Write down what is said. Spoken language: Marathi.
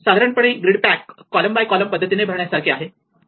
हे साधारणपणे grid pack column by column पद्धतीने भरण्यासारखे आहे